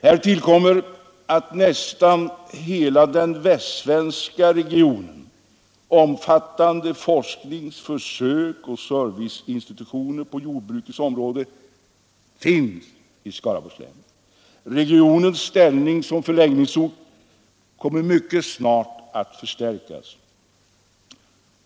Härtill kommer att nästan hela den västsvenska regionen omfattande forsknings-, försöksoch serviceinstitutioner på jordbrukets område finns i Skaraborgs län. Regionens ställning som förläggningsort kommer mycket snart att förstärkas.